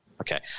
Okay